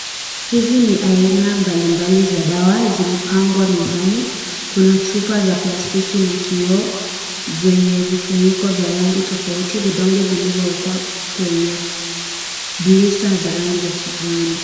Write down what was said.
Hizi ni aina mbalimbali za dawa zimepangwa mezani kuna chupa za plastiki na kioo zenye vifuniko vya rangi tofauti. Vidonge vilivyowekwa kwenye blista za rangi ya kijani.